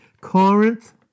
Corinth